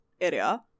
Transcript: area